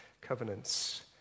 covenants